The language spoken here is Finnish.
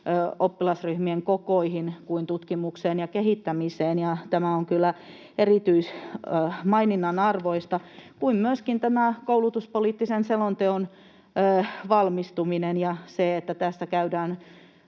oppilasryhmien kokoihin kuin tutkimukseen ja kehittämiseen, ja tämä on kyllä erityismaininnan arvoista, samoin kuin tämä koulutuspoliittisen selonteon valmistuminen ja se, että tässä käydään